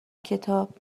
کتاب